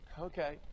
Okay